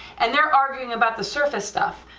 and they're arguing about the surface stuff,